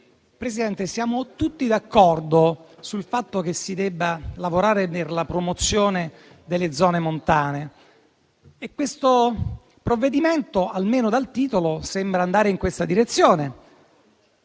Presidente, siamo tutti d'accordo sul fatto che si debba lavorare per la promozione delle zone montane e questo provvedimento, almeno dal titolo, sembra andare in questa direzione.